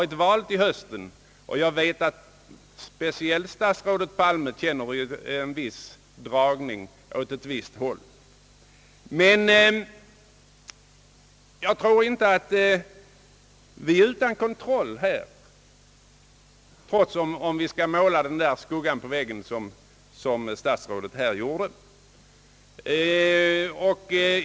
Det är val i höst, och jag vet att speciellt statsrådet Palme känner dragning åt ett visst håll. Centern har intet emot en kontroll genom det allmänna. Jag tror dock inte att vi är utan kontroll på detta område, även om man målar den där »skuggan på väggen», som statsrådet Palme gjorde.